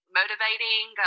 motivating